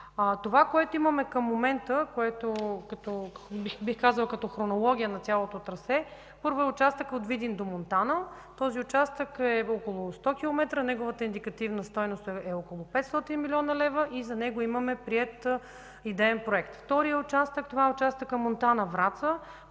Това, което имаме към момента, бих казала като хронология на цялото трасе, първо е участъкът от Видин до Монтана. Този участък е около 100 км, неговата индикативна стойност е около 500 млн. лв. и за него имаме приет идеен проект. Вторият участък е участъкът Монтана – Враца,